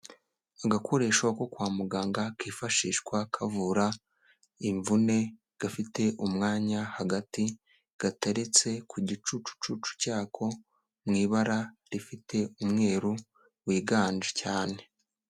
Agakoresho ko kwa muganga kifashishwa kavura imvune, gafite umwanya hagati gateretse ku gicucucucu cyako, mu ibara rifite umweru wiganje cyane.